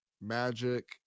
magic